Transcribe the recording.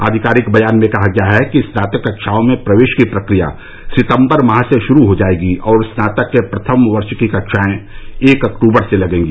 आधिकारिक बयान में कहा गया है कि स्नातक कक्षाओं में प्रवेश की प्रक्रिया सितम्बर माह से शुरू हो जाएगी और स्नातक के प्रथम वर्ष की कक्षाएं एक अक्टूबर से लगेंगी